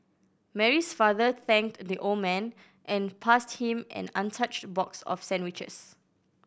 Mary's father thanked the old man and passed him an untouched box of sandwiches